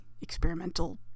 experimental